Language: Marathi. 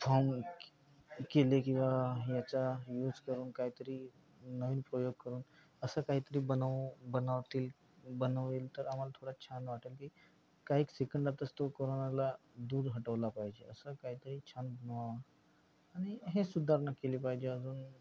फॉर्म केले किंवा याचा यूज करून काहीतरी नवीन प्रयोग करून असं काहीतरी बनव बनवतील बनवेल तर आम्हाला थोडा छान वाटेल की काही सेकंदातच तो कोरोनाला दूर हटवला पाहिजे असं काहीतरी छान मग आणि हे सुधारणा केले पाहिजे अजून